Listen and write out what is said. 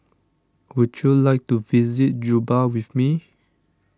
would you like to visit Juba with me